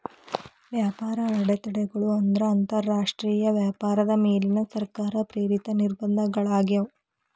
ವ್ಯಾಪಾರ ಅಡೆತಡೆಗಳು ಅಂದ್ರ ಅಂತರಾಷ್ಟ್ರೇಯ ವ್ಯಾಪಾರದ ಮೇಲಿನ ಸರ್ಕಾರ ಪ್ರೇರಿತ ನಿರ್ಬಂಧಗಳಾಗ್ಯಾವ